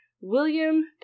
William